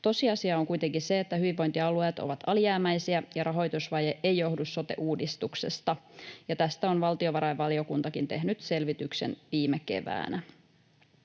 Tosiasia on kuitenkin se, että hyvinvointialueet ovat alijäämäisiä, ja rahoitusvaje ei johdu sote-uudistuksesta. Tästä on valtiovarainvaliokuntakin tehnyt selvityksen viime keväänä.